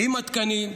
עם התקנים,